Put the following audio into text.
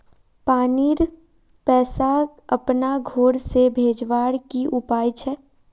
पानीर पैसा अपना घोर से भेजवार की उपाय छे?